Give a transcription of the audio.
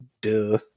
Duh